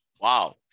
Wow